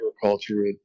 agriculture